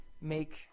make